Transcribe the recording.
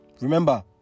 Remember